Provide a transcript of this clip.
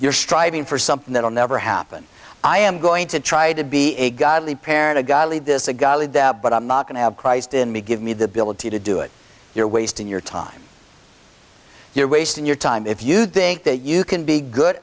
you're striving for something that will never happen i am going to try to be a godly parent a godly this a godly deb but i'm not going to have christ in me give me the ability to do it you're wasting your time you're wasting your time if you think that you can be good